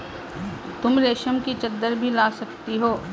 तुम रेशम की चद्दर भी ला सकती हो